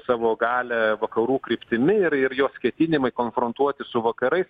savo galią vakarų kryptimi ir ir jos ketinimai konfrontuoti su vakarais